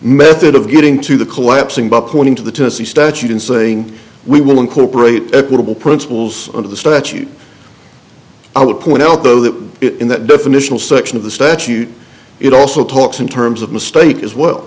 method of getting to the collapsing but pointing to the statute and saying we will incorporate equitable principles under the statute i would point out though that in that definitional section of the statute it also talks in terms of mistake as well